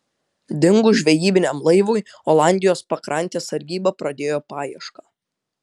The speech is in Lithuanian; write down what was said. dingus žvejybiniam laivui olandijos pakrantės sargyba pradėjo paiešką